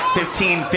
fifteen